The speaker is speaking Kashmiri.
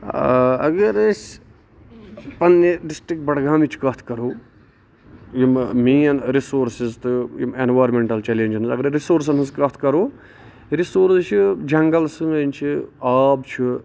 اَگر أسۍ پَنٕنہِ ڈِسٹرک بڈگامِچ کَتھ کرو یِم مین رِسورسِز تہٕ یِم اینورمینٹل چیلیجن اَگرے رِسورسن ہنز کَتھ کرو رِسورٕس چھِ جنگل سٲنۍ چھِ آب چھُ